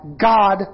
God